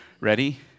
Ready